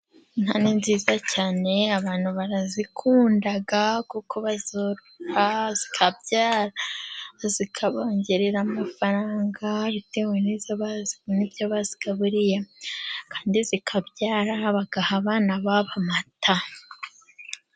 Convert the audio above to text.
Inka ni nziza cyane abantu barazikunda, kuko bazorora zikabyara zikabongerera amafaranga bitewe n'ibyo bazigaburiye , kandi zikabyara bagaha abana babo amata.